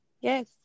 Yes